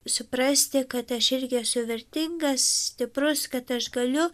suprasti kad aš irgi esu vertingas stiprus kad aš galiu